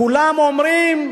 כולם אומרים: